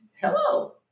Hello